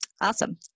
Awesome